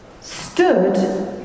stood